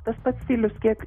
tas pats stilius kiek